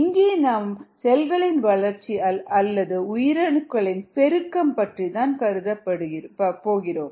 இங்கே நாம் செல்களின்வளர்ச்சி அல்லது உயிரணுக்களின் பெருக்கம் பற்றிதான் கருத போகிறோம்